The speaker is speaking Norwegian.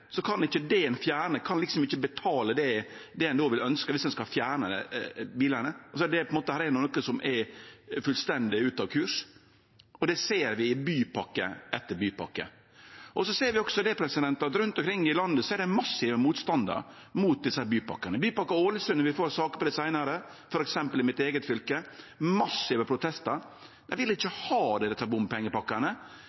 kan ikkje det ein fjernar betale det ein ønskjer – som om ein skal fjerne bilane. Det er noko som er fullstendig ute av kurs, og det ser vi i bypakke etter bypakke. Vi ser også at rundt omkring i landet er det massiv motstand mot desse bypakkane. Bypakke Ålesund f.eks. i mitt eige fylke, vi får ei sak på det seinare, der er det massive protestar. Dei vil ikkje